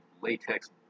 latex